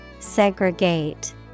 Segregate